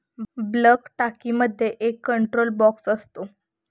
bulk टाकीमध्ये एक control box असतो